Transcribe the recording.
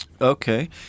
Okay